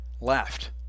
left